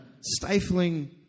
stifling